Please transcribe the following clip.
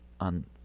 on